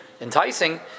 enticing